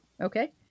Okay